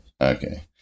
Okay